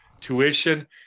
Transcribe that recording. tuition